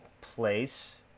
place